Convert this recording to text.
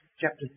Chapter